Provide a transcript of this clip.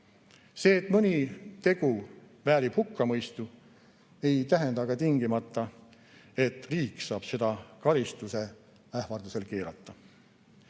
See, et mõni tegu väärib hukkamõistu, ei tähenda aga tingimata, et riik saab seda karistuse ähvardusel keelata.